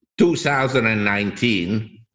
2019